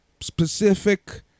specific